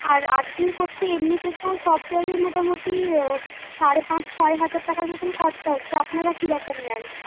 আর আর আর্থিং করতে এমনিতে তো সব জায়গায় মোটামুটি সাড়ে পাঁচ ছয় হাজার টাকার মতন খরচা হচ্ছে আপনারা কি রকম নেন